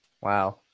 Wow